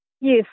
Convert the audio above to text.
Yes